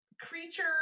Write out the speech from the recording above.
creature